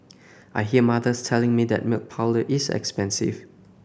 I hear mothers telling me that milk powder is expensive